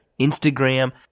Instagram